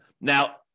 Now